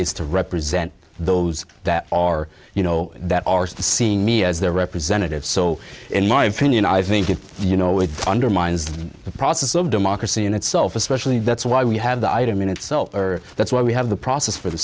is to represent those that are you know that are seeing me as their representative so in my opinion i think it's you know it undermines the process of democracy in itself especially that's why we have the item in itself or that's why we have the process for the